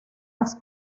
las